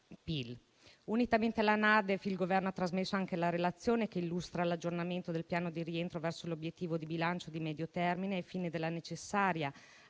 Unitamente alla NADEF, il Governo ha trasmesso anche la relazione che illustra l'aggiornamento del piano di rientro verso l'obiettivo di bilancio di medio termine, ai fini della necessaria